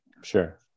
Sure